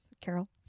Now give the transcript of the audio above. Carol